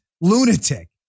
lunatic